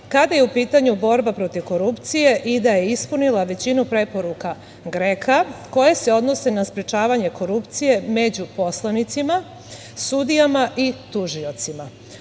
kada je u pitanju borba protiv korupcije i da je ispunila većinu preporuka GREKA koje se odnose na sprečavanje korupcije među poslanicima, sudijama i tužiocima.U